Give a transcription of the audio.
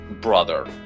brother